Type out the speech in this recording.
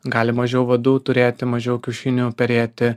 gali mažiau vadų turėti mažiau kiaušinių perėti